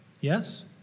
Yes